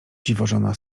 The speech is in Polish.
dziwożona